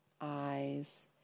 eyes